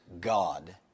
God